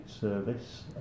service